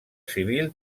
civil